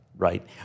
Right